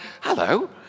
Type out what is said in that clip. hello